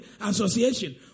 association